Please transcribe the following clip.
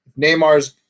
Neymar's